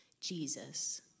Jesus